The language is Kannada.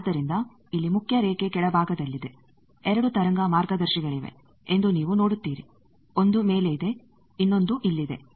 ಆದ್ದರಿಂದ ಇಲ್ಲಿ ಮುಖ್ಯ ರೇಖೆ ಕೆಳಭಾಗದಲ್ಲಿದೆ 2 ತರಂಗ ಮಾರ್ಗದರ್ಶಿಗಳಿವೆ ಎಂದು ನೀವು ನೋಡುತ್ತೀರಿ ಒಂದು ಮೇಲೆ ಇದೆ ಇನ್ನೊಂದು ಇಲ್ಲಿದೆ